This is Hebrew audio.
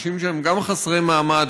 אנשים שם גם חסרי מעמד,